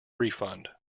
refund